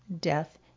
death